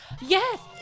Yes